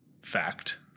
fact